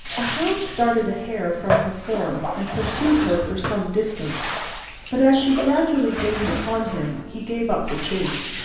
a hound started a hare from her form, and pursued her for some distance but as she gradually gained upon him, he gave up the chase.